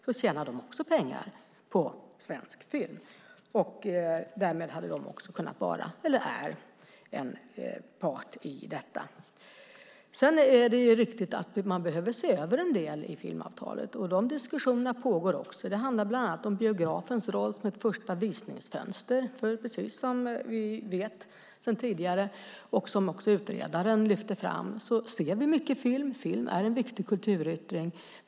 De tjänar också pengar på svensk film. Därmed hade de också kunnat vara eller är en part i detta. Det är riktigt att man behöver se över en del i filmavtalet. De diskussionerna pågår också. Det handlar bland annat om biografens roll som ett första visningsfönster. Precis som vi vet sedan tidigare och som också utredaren lyfte fram ser vi mycket film. Film är en viktig kulturyttring.